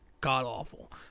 god-awful